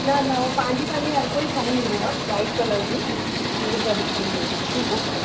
न न हू पंहिंजी पंहिंजी हरु कोई खणी ईंदो आहे वाईट कलर जी पंहिंजी गॾु खणी वेंदो आहे ठीकु आहे